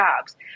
jobs